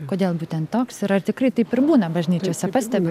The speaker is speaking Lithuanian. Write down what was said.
kodėl būtent toks ir ar tikrai taip ir būna bažnyčiose pastebit